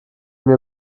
mir